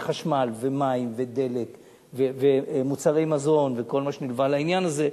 זה חשמל ומים ודלק ומוצרי מזון וכל מה שנלווה לעניין הזה.